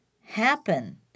happen